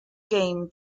game